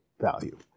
value